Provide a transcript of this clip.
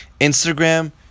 Instagram